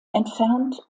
entfernt